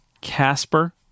Casper